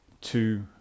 two